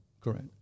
correct